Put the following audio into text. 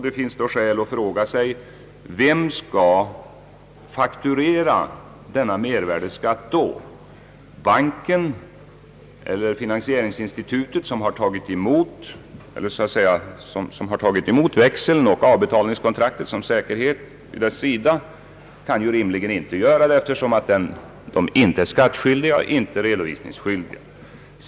Det finns då skäl att fråga sig vem som då skall fakturera denna mervärdeskatt. Banken eller finansieringsinstitutet, som tagit emot växeln och avbetalningskontraktet som säkerhet vid dess sida, kan rimligen inte göra det eftersom de inte är skattskyldiga och inte redovisningsskyldiga.